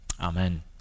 Amen